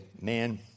man